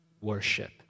worship